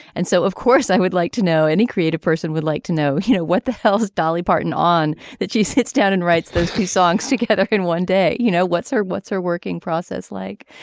and so of course i would like to know any creative person would like to know you know what the hell is dolly parton on that she sits down and writes those two songs together in one day you know what's her what's her working process like.